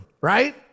right